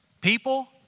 people